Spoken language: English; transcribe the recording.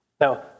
Now